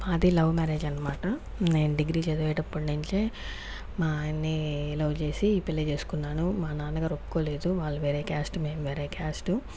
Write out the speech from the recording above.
మాది love marriage అనమాట నేను డిగ్రీ చదివేటప్పటినుంచే మా ఆయన్ని లవ్ చేసి పెళ్లి చేసుకున్నాను మా నాన్నగారు ఒప్పుకోలేదు వాళ్లు వేరే క్యాస్ట్ మేము వేరే క్యాస్ట్